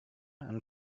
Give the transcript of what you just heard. and